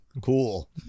cool